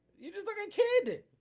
you just looking a kid.